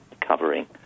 covering